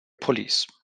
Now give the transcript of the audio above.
police